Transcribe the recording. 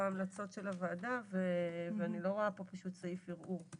ההמלצות של הוועדה ואני רואה פה פשוט סעיף ערעור.